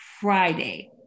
Friday